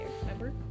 Remember